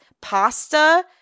pasta